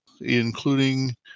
including